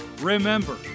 Remember